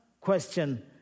question